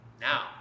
Now